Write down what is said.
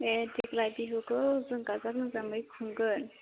ए देग्लाय बिहुखौ जों गाजा गोमजायै खुंगोन